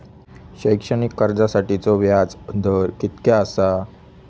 शैक्षणिक कर्जासाठीचो व्याज दर कितक्या आसा?